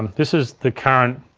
this is the current